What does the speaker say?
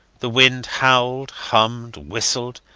the wind howled, hummed, whistled,